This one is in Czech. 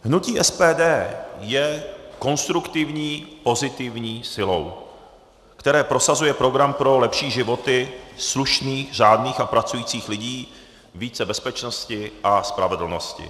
Hnutí SPD je konstruktivní pozitivní silou, která prosazuje program pro lepší životy slušných, řádných a pracujících lidí, více bezpečnosti a spravedlnosti.